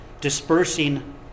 dispersing